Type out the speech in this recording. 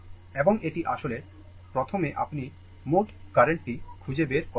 এবং এটি আসলে প্রথমে আপনি মোট কার্রেন্টটি খুঁজে বের করেন